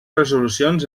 resolucions